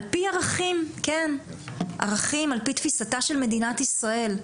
על פי ערכים, על פי תפיסתה של מדינת ישראל.